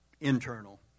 internal